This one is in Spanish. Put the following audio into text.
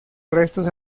restos